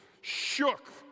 shook